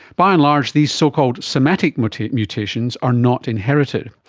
by and large these so-called somatic but mutations are not inherited.